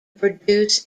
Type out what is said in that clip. produce